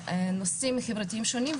נושאים חברתיים שונים,